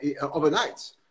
overnight